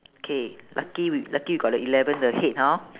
K lucky we've lucky we got the eleven the head hor